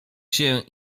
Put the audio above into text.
się